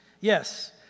Yes